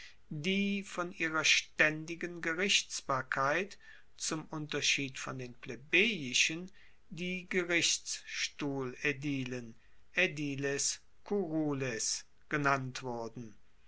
die von ihrer staendigen gerichtsbarkeit zum unterschied von den plebejischen die gerichtsstuhl aedilen aediles curules genannt wurden